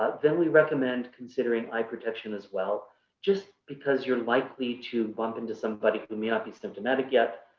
then we recommend considering eye protection as well just because you're likely to bump into somebody who may not be symptomatic yet,